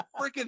freaking